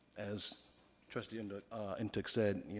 as trustee and and ntuk said,